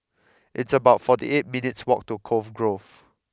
it's about fourty eight minutes' walk to Cove Grove